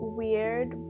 weird